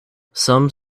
some